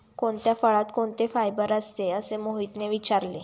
कोणत्या फळात कोणते फायबर असते? असे मोहितने विचारले